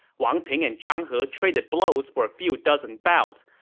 wang ping and zhang he traded blows for few dozen bouts,